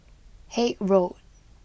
Haig Road